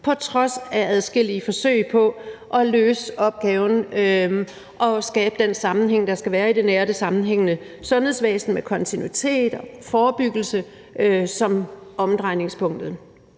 på trods af adskillige forsøg på at løse opgaven og skabe den sammenhæng, der skal være i det nære og sammenhængende sundhedsvæsen med kontinuitet og forebyggelse som omdrejningspunkt.